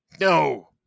No